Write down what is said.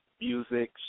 music